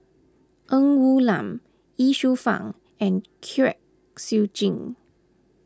Ng Woon Lam Ye Shufang and Kwek Siew Jin